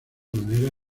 manera